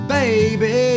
baby